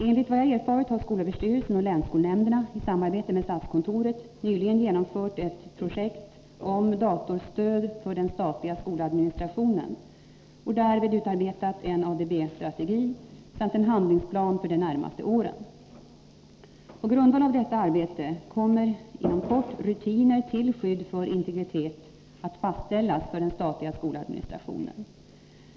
Enligt vad jag erfarit har skolöverstyrelsen och länsskolnämnderna i samarbete med statskontoret nyligen genomfört ett projekt om datorstöd för den statliga skoladministrationen och därvid utarbetat en ADB-strategi samt en handlingsplan för de närmaste åren. På grundval av detta arbete kommer inom kort rutiner till skydd för integritet att fastställas för den statliga skoladministrationen.